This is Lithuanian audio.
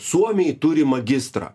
suomiai turi magistrą